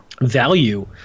value